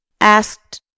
asked